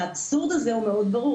האבסורד הזה מאוד ברור,